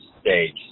stage